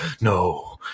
no